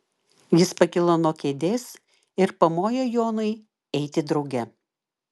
jis pakilo nuo kėdės ir pamojo jonui eiti drauge